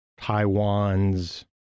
Taiwan's